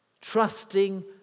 trusting